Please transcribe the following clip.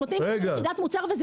לא,